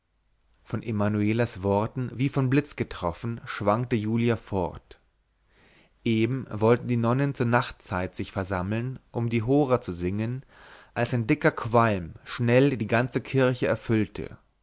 von emanuelas worten wie vom blitz getroffen schwankte julia fort eben wollten die nonnen zur nachtzeit sich versammeln um die hora zu singen als ein dicker qualm schnell die ganze kirche erfüllte